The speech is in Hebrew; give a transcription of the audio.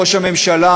ראש הממשלה,